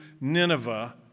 Nineveh